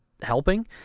helping